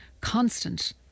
constant